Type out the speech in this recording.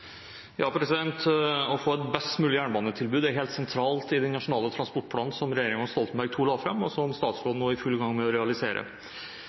helt sentralt i den nasjonale transportplanen som regjeringen Stoltenberg II la fram, og som statsråden nå er i full gang med å realisere.